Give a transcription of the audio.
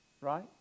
right